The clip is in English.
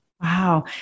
Wow